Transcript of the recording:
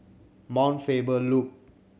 Mount Faber Loop